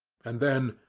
and then,